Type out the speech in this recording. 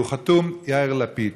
והוא חתום: יאיר לפיד.